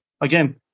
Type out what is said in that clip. Again